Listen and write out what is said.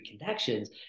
connections